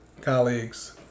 colleagues